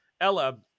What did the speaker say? Ella